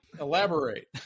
elaborate